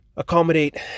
Accommodate